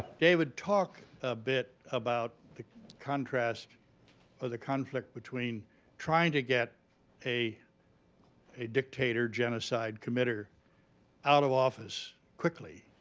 david, talk a bit about the contrast or the conflict between trying to get a a dictator genocide-committer out of office quickly,